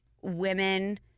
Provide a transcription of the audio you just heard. women